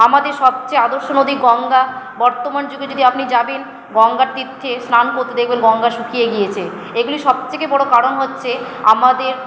আমাদের সবচেয়ে আদর্শ নদী গঙ্গা বর্তমান যুগে যদি আপনি যাবেন গঙ্গা তীর্থে স্নান করতে দেখবেন গঙ্গা শুকিয়ে গিয়েছে এগুলির সব থেকে বড়ো কারণ হচ্ছে আমাদের